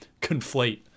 conflate